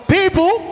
People